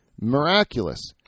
Miraculous